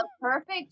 perfect